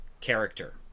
character